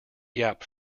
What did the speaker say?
yap